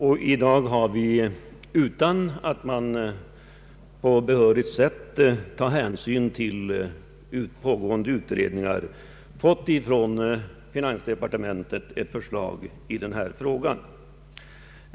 I dag har vi, utan att man på behörigt sätt tar hänsyn till pågående utredningar, fått ett förslag från finansdepartementet i denna fråga.